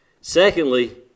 Secondly